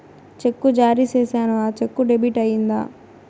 చెక్కు జారీ సేసాను, ఆ చెక్కు డెబిట్ అయిందా